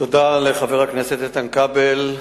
תודה לחבר הכנסת איתן כבל.